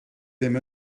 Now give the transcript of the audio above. ddim